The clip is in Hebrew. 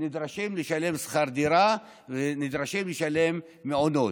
נדרשים לשלם שכר דירה ונדרשים לשלם על מעונות.